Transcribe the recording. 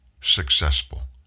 successful